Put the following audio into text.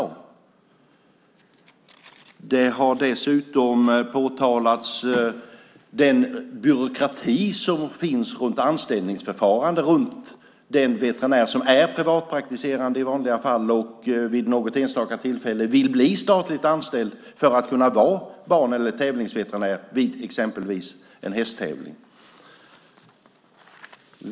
Vidare har den byråkrati påtalats som finns kring anställningsförfarandet och den veterinär som i vanliga fall är privatpraktiserande och som, vid något enstaka tillfälle, vill bli statligt anställd för att kunna vara ban eller tävlingsveterinär exempelvis vid en hästtävling.